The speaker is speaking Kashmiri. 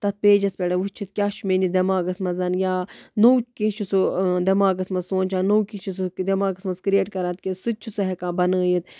تَتھ پیجَس پٮ۪ٹھ وُچھِتھ کیاہ چھُ میٲنِس دٮ۪ماغَس منٛز یا نوٚو کیٚنٛہہ چھُ سُہ دٮ۪ماغَس منٛز سونٛچان نوٚو کیٚنٛہہ چھُ سُہ دٮ۪ماغس منٛز کریٹ کران کہِ سُہ تہِ چھُ سُہ ہیٚکان بَنٲیِتھ